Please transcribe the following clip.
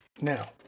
now